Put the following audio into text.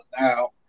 Now